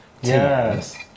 Yes